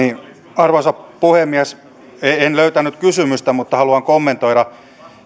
arvoisa puhemies en löytänyt kysymystä mutta haluan kommentoida